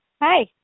Hi